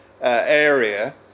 area